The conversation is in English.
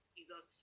Jesus